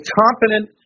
competent